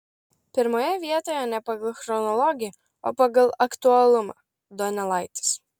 pirmoje vietoje ne pagal chronologiją o pagal aktualumą donelaitis